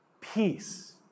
peace